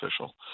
official